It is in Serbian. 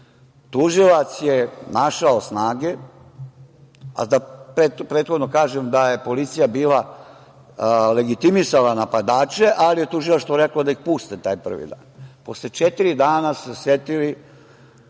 tužilac je našao snage, a da prethodno kažem da je policija legitimisala napadače, ali je tužilaštvo reklo da ih puste taj prvi dan,